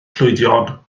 llwydion